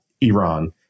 Iran